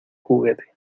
juguete